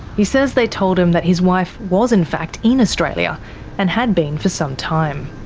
he says they told him that his wife was in fact in australia and had been for some time.